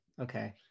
Okay